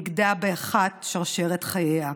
נגדעה באחת שרשרת חייה.